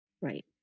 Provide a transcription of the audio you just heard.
Right